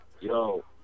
Yo